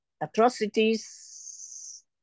atrocities